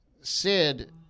Sid